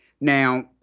Now